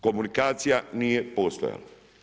Komunikacija nije postojala.